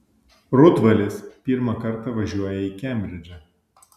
rudvalis pirmą kartą važiuoja į kembridžą